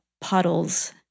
puddles